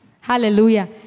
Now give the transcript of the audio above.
hallelujah